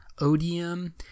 Odium